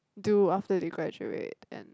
do after they graduate then